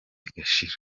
bigashira